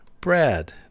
Brad